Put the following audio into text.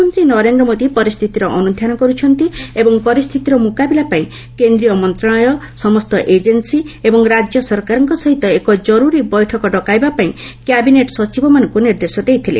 ପ୍ରଧାନମନ୍ତ୍ରୀ ନରେନ୍ଦ୍ର ମୋଦି ପରିସ୍ଥିତିର ଅନୁଧ୍ୟାନ କରୁଛନ୍ତି ଏବଂ ପରିସ୍ଥିତିର ମୁକାବିଲା ପାଇଁ କେନ୍ଦ୍ରୀୟ ମନ୍ତ୍ରଣାଳୟ ସମସ୍ତ ଏଜେନ୍ସି ଏବଂ ରାଜ୍ୟ ସରକାରଙ୍କ ସହିତ ଏକ ଜର୍ଭରୀ ବୈଠକ ଡକାଇବା ପାଇଁ କ୍ୟାବିନେଟ୍ ସଚିବଙ୍କୁ ନିର୍ଦ୍ଦେଶ ଦେଇଥିଲେ